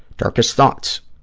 darkest thoughts.